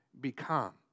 become